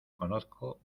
conozco